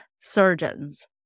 surgeons